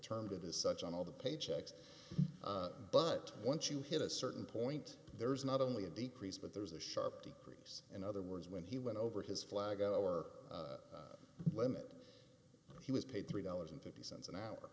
termed it as such on all the paychecks but once you hit a certain point there is not only a decrease but there is a sharp decrease in other words when he went over his flag or limit he was paid three dollars fifty cents an hour